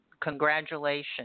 congratulations